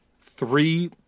Three